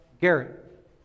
Garrett